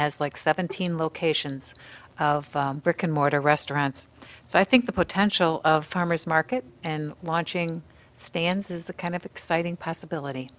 has like seventeen locations of brick and mortar restaurants so i think the potential farmer's market and launching stands is a kind of exciting possibility